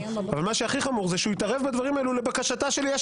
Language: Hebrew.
אבל הכי חמור הוא שהוא התערב בדברים האלו לבקשתה של יש